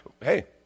Hey